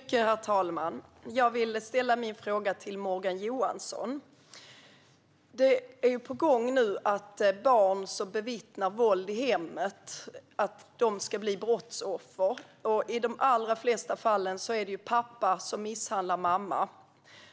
Herr talman! Jag vill ställa min fråga till Morgan Johansson. Det är nu på gång att barn som bevittnar våld i hemmet ska betraktas som brottsoffer. I de allra flesta fall är det pappa som misshandlar mamma.